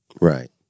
Right